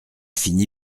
fini